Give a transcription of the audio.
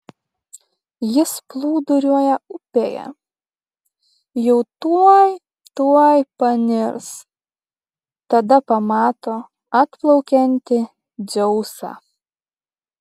jis plūduriuoja upėje jau tuoj tuoj panirs tada pamato atplaukiantį dzeusą